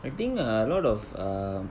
I think a lot of err